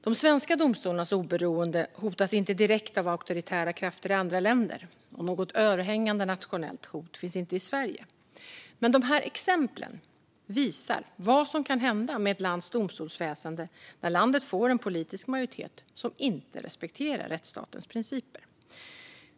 De svenska domstolarnas oberoende hotas inte direkt av auktoritära krafter i andra länder, och något överhängande nationellt hot finns inte i Sverige. Men exemplen visar vad som kan hända med ett lands domstolsväsen när landet får en politisk majoritet som inte respekterar rättsstatens principer.